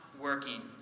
working